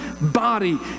body